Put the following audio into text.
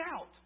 out